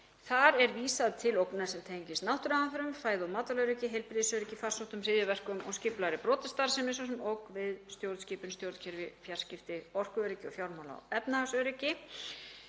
Þar er vísað til ógna sem tengjast náttúruhamförum, fæðu- og matvælaöryggi, heilbrigðisöryggi og farsóttum, hryðjuverkum og skipulagðri brotastarfsemi, svo sem ógn við stjórnskipun, stjórnkerfi, fjarskipti, orkuöryggi og fjármála- og efnahagsöryggi.